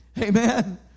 Amen